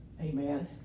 Amen